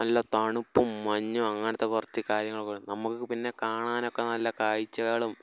നല്ല തണുപ്പും മഞ്ഞും അങ്ങനത്തെ കുറച്ച് കാര്യങ്ങളൊക്കെ നമ്മൾക്ക് പിന്നെ കാണാനൊക്കെ നല്ല കാഴ്ച്ചകളും